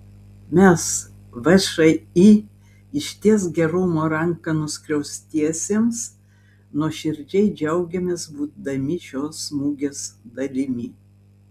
mes všį ištiesk gerumo ranką nuskriaustiesiems nuoširdžiai džiaugiamės būdami šios mugės dalimi